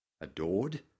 Adored